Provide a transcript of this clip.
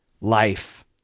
life